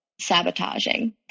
Sabotaging